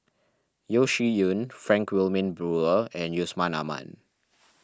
Yeo Shih Yun Frank Wilmin Brewer and Yusman Aman